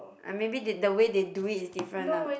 I maybe did the way they do it is different lah